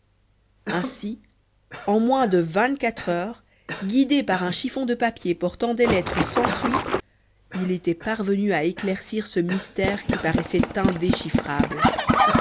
ainsi en moins de vingt-quatre heures guidé par un chiffon de papier portant des lettres sans suite il était parvenu à éclaircir ce mystère qui paraissait